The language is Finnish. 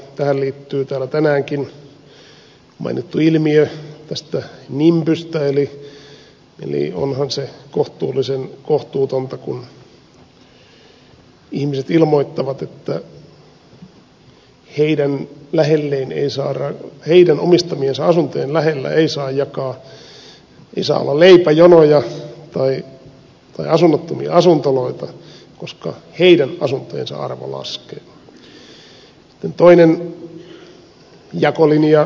tähän liittyy täällä tänäänkin mainittu ilmiö nimbystä eli onhan se kohtuullisen kohtuutonta kun ihmiset ilmoittavat että heidän omistamiensa asuntojen lähellä ei saa olla leipäjonoja tai asunnottomien asuntoloita koska heidän asuntojensa arvo laskee